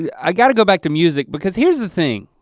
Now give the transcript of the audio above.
i gotta go back to music because here's the thing.